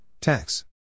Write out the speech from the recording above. tax